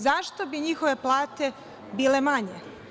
Zašto bi njihove plate bile manje?